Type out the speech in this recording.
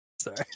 Sorry